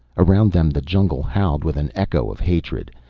around them the jungle howled with an echo of hatred.